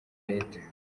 leta